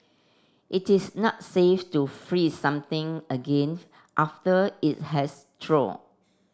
it is not safe to freeze something again after it has thaw